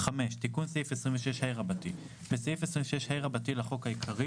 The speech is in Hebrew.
תיקון סעיף 26ה 5. בסעיף 26ה לחוק העיקרי,